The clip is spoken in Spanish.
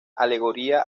alegoría